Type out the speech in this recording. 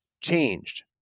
changed